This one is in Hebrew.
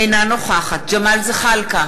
אינה נוכחת ג'מאל זחאלקה,